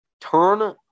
Turn